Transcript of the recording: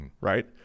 right